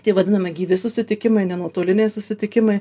tie vadinami gyvi susitikimai ne nutoliniai susitikimai